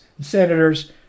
senators